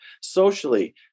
socially